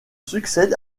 succède